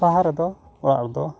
ᱵᱟᱦᱟ ᱨᱮᱫᱚ ᱚᱲᱟᱜ ᱨᱮᱫᱚ